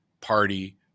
party